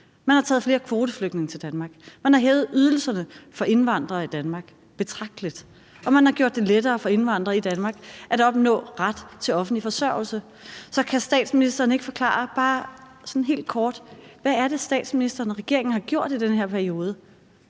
man har taget flere kvoteflygtninge til Danmark; man har hævet ydelserne for indvandrere i Danmark betragteligt; og man har gjort det lettere for indvandrere i Danmark at opnå ret til offentlig forsørgelse. Så kan statsministeren ikke bare sådan helt kort forklare, hvad det er, statsministeren og regeringen har gjort i den her periode,